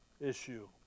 issue